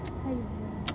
!haiya!